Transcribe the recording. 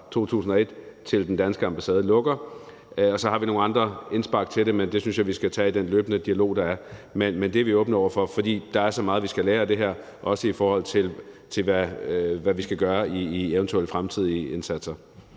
til den danske ambassade lukker, og så har vi nogle andre indspark til det, men det synes jeg vi skal tage i den løbende dialog, der er. Men det er vi åbne over for, for der er så meget, vi skal lære af det her, også i forhold til hvad vi skal gøre i eventuelle fremtidige indsatser.